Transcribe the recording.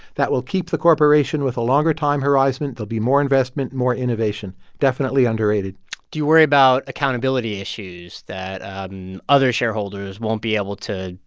that will keep the corporation with a longer time horizon. there'll be more investment, more innovation. definitely underrated do you worry about accountability issues that and other shareholders won't be able to,